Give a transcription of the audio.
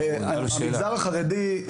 המגזר החרדי,